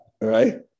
Right